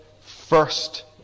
first